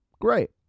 Great